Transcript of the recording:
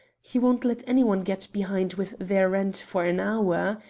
he won't let any one get behind with their rent for an hour.